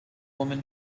woman